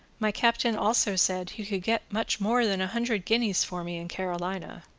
my captain also said he could get much more than a hundred guineas for me in carolina.